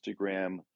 Instagram